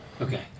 Okay